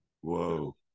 Whoa